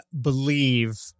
believe